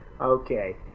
Okay